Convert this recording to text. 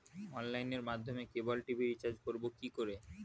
অনলাইনের মাধ্যমে cable TV recharge করব কি করে?